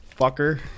fucker